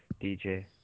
DJ